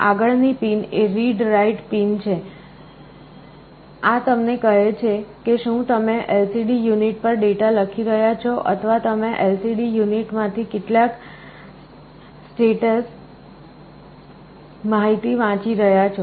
આગળની પિન એ readwrite pin છે આ તમને કહે છે કે શું તમે LCD યુનિટ પર ડેટા લખી રહ્યા છો અથવા તમે LCD યુનિટ માંથી કેટલીક સ્ટેટસ માહિતી વાંચી રહ્યા છો